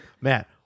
Matt